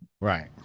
right